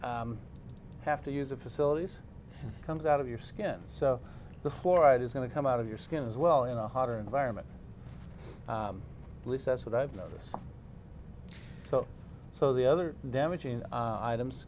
not have to use a facilities comes out of your skin so the fluoride is going to come out of your skin as well in a hotter environment at least that's what i've noticed so so the other damaging items